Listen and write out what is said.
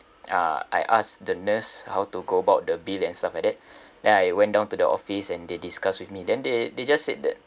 uh I asked the nurse how to go about the bill and stuff like that then I went down to the office and they discussed with me then they they just said that